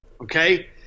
okay